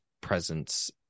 presence